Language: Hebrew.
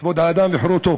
כבוד האדם וחירותו.